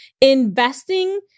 investing